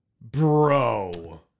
bro